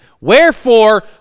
Wherefore